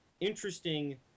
interesting